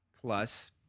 plus